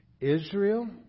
Israel